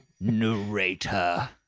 Narrator